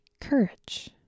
courage